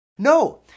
No